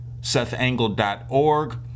Sethangle.org